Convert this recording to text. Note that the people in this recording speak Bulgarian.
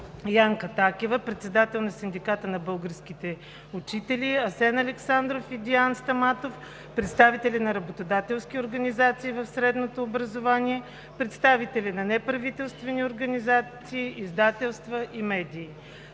Янка Такева – председател на Синдиката на българските учители, Асен Александров и Диан Стаматов – представители на работодателски организации в средното образование, представители на неправителствени организации, издателства и медии.